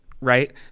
right